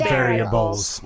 Variables